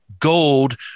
Gold